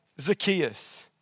Zacchaeus